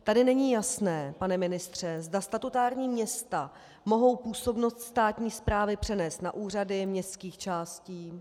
Tady není jasné, pane ministře, zda statutární města mohou působnost státní správy přenést na úřady městských částí.